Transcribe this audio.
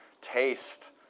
taste